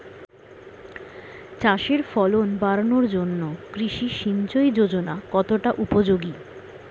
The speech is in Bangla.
চাষের ফলন বাড়ানোর জন্য কৃষি সিঞ্চয়ী যোজনা কতটা উপযোগী?